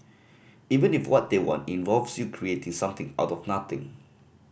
even if what they want involves you creating something out of nothing